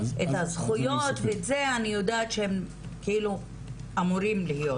את הזכויות אני יודעת שהם אמורים להיות,